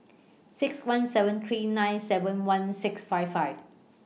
six one seven three nine seven one six five five